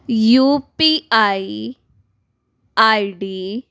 U P I I D